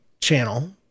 channel